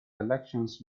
elections